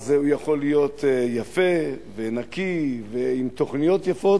אז הוא יכול להיות יפה ונקי ועם תוכניות יפות,